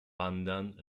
wandern